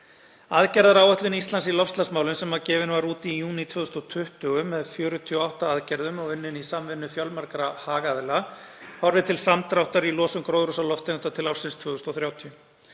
Aðgerðaáætlun Íslands í loftslagsmálum sem gefin var út í júní 2020 með 48 aðgerðum og unnin í samvinnu fjölmargra hagaðila horfir til samdráttar í losun gróðurhúsalofttegunda til ársins 2030.